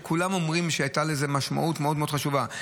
כולם אומרים שהייתה לזה משמעות מאוד מאוד חשובה.